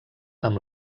amb